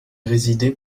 résider